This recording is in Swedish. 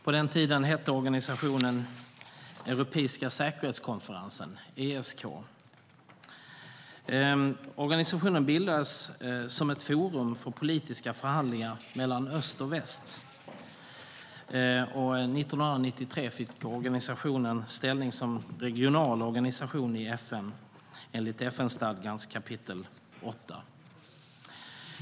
På den tiden hette organisationen Europeiska säkerhetskonferensen, ESK. Organisationen bildades som ett forum för politiska förhandlingar mellan öst och väst. År 1993 fick organisationen ställning som regional organisation i FN enligt FN-stadgans kapitel VIII.